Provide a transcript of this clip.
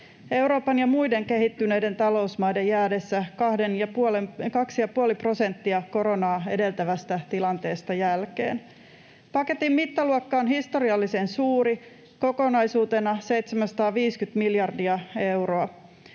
Euroopan ja muiden kehittyneiden talousmaiden jäädessä 2,5 prosenttia jälkeen koronaa edeltävästä tilanteesta. Paketin mittaluokka on historiallisen suuri, kokonaisuutena 750 miljardia euroa.